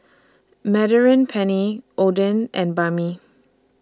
Penne Oden and Banh MI